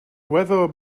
weather